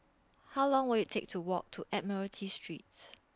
How Long Will IT Take to Walk to Admiralty Streets